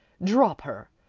drop her.